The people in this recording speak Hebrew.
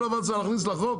כל דבר צריך להכניס לחוק?